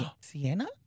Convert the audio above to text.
Sienna